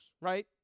right